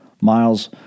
Miles